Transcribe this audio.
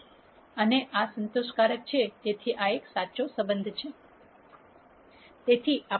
હવે દરેક null space vector આવા જ એક સંબંધને અનુરૂપ છે અને જો તમારી પાસે નલ સ્પેસમાં વધુ વેક્ટર છે તો તમારી પાસે વધુ સંબંધો છે જેને તમે ઉઘાડી શકો છો